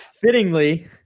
fittingly